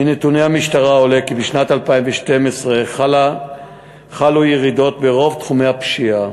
מנתוני המשטרה עולה כי בשנת 2012 חלו ירידות ברוב תחומי הפשיעה.